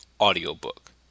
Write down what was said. audiobook